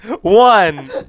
One